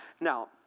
Now